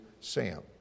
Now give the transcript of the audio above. Sam